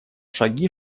шаги